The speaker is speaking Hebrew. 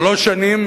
שלוש שנים,